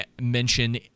mention